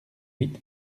huit